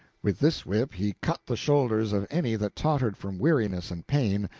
with this whip he cut the shoulders of any that tottered from weariness and pain,